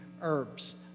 herbs